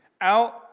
Out